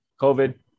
COVID